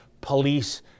police